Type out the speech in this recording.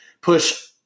push